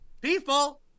People